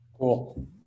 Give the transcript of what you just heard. Cool